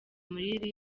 muri